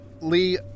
Lee